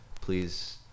please